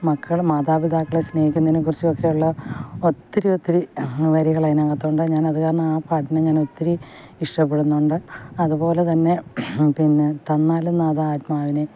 മക്കൾ മാതാപിതാക്കളെ സ്നേഹിക്കുന്നതിനെക്കുറിച്ച് ഒക്കെയുള്ള ഒത്തിരി ഒത്തിരി വരികൾ അതിനകത്തുണ്ട് ഞാൻ അതുകാരണം ആ പാട്ടിനെ ഞാൻ അതിനെ ഒത്തിരി ഇഷ്ടപ്പെടുന്നുണ്ട് അതുപോലെതന്നെ പിന്നെ തന്നാലും നാഥാ ആത്മാവിനെ